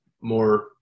more